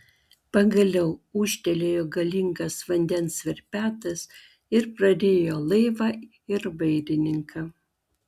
pagaliau ūžtelėjo galingas vandens verpetas ir prarijo laivą ir vairininką